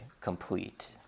complete